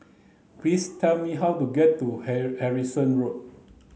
please tell me how to get to Harrison Road